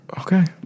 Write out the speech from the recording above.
Okay